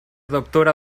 doctora